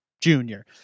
Junior